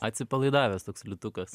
atsipalaidavęs toks liūtukas